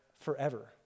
forever